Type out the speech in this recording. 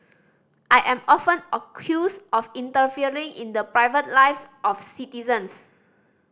I am often accused of interfering in the private lives of citizens